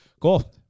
Cool